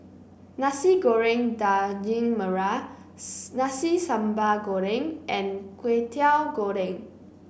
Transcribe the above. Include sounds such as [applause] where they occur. Nasi Goreng Daging Merah [unintelligible] Nasi Sambal Goreng and Kway Teow Goreng